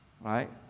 right